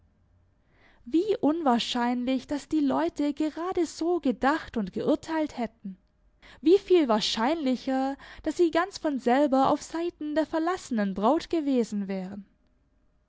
wie unwahrscheinlich daß die leute gerade so gedacht und geurteilt hätten wie viel wahrscheinlicher daß sie ganz von selber auf seiten der verlassenen braut gewesen wären